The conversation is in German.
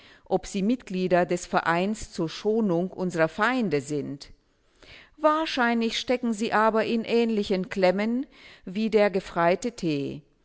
ob sie mitglieder des vereins zur schonung unserer feinde sind wahrscheinlich stecken sie aber in ähnlichen klemmen wie der gefreite t